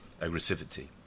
aggressivity